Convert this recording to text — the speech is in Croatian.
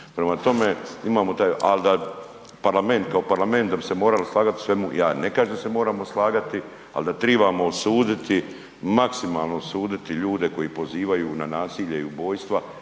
razumije./... ali da parlament kao parlament, da bi se morali slagati u svemu, ja ne kažem da se moramo slagati ali da trebamo osuditi, maksimalno osuditi ljude koji pozivaju na nasilje i ubojstva